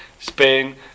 Spain